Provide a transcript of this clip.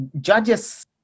judges